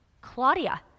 Claudia